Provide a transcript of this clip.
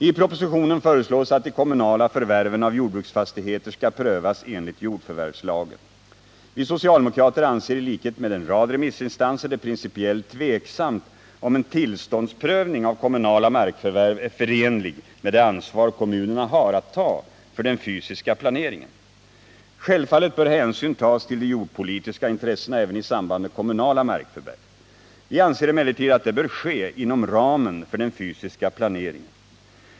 I propositionen föreslås att de kommunala förvärven av jordbruksfastigheter skall prövas enligt jordförvärvslagen. Vi socialdemokrater anser i likhet med en rad remissinstanser det principiellt tveksamt om en tillståndsprövning av kommunala markförvärv är förenlig med det ansvar kommunerna har att ta för den fysiska planeringen. Självfallet bör hänsyn tas till de jordbrukspolitiska intressena även i samband med kommunala markförvärv. Vi anser emellertid att det bör ske inom ramen för den fysiska planeringen.